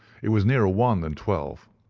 it was nearer one than twelve,